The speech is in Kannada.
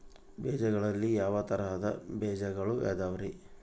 ಬೇಜಗಳಲ್ಲಿ ಯಾವ ತರಹದ ಬೇಜಗಳು ಅದವರಿ?